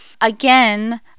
Again